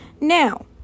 Now